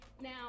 Now